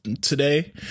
today